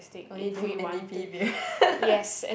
only during n_d_p period